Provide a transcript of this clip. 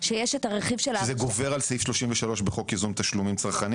זה כבר צריך לקרות באופן מידי.